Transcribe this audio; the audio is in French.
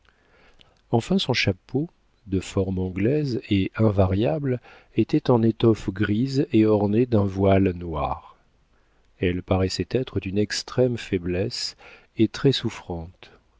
enfin son chapeau de forme anglaise et invariable était en étoffe grise et orné d'un voile noir elle paraissait être d'une extrême faiblesse et très souffrante sa